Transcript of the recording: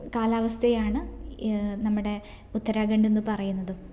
കാലാവസ്ഥയാണ് നമ്മുടെ ഉത്തരാഖണ്ഡെന്ന് പറയുന്നതും